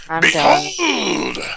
behold